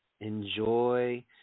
enjoy